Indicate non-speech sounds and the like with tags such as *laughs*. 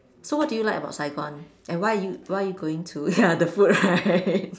so what do you like about Saigon and why are you why are you going to ya the food right *laughs*